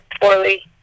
poorly